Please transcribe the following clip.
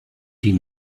die